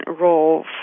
role